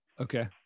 Okay